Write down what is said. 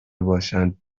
باشند